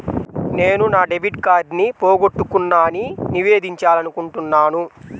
నేను నా డెబిట్ కార్డ్ని పోగొట్టుకున్నాని నివేదించాలనుకుంటున్నాను